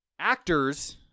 Actors